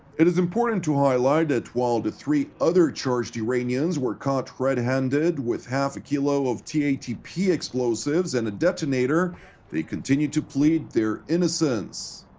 it is important to highlight that while the three charged iranians were caught red-handed with half-a-kilo of tatp explosives and a detonator they continue to plead their innocence.